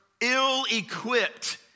ill-equipped